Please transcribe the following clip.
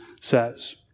says